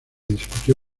discutió